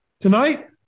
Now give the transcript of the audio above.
tonight